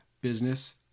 business